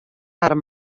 har